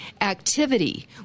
activity